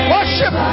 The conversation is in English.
Worship